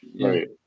Right